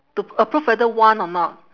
to approve whether want or not